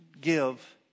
give